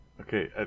Okay